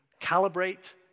calibrate